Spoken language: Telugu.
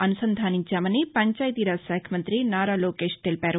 అనుసంధానించామని పంచాయతీరాజ్ శాఖ మంత్రి నారా లోకేశ్ తెలిపారు